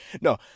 No